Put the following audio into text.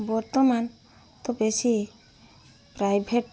ବର୍ତ୍ତମାନ ତ ବେଶୀ ପ୍ରାଇଭେଟ୍